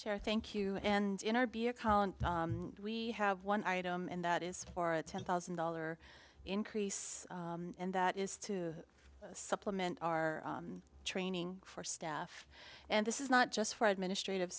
chair thank you and we have one item and that is for a ten thousand dollar increase and that is to supplement our training for staff and this is not just for administrative